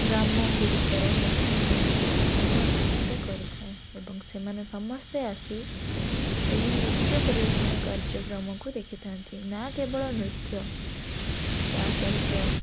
ଗ୍ରାମଗୁଡ଼ିକର ଲୋକମାନଙ୍କୁ ସେଠାକୁ ଆକର୍ଷିତ କରିଥାଏ ଏବଂ ସେମାନେ ସମସ୍ତେ ଆସି ସେହି ନୃତ୍ୟ ପରିବେଷଣ କାର୍ଯ୍ୟକ୍ରମକୁ ଦେଖିଥାନ୍ତି ନା କେବଳ ନୃତ୍ୟ ତା' ସହିତ